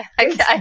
okay